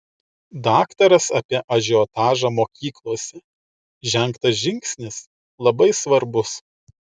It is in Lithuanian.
daktaras apie ažiotažą mokyklose žengtas žingsnis labai svarbus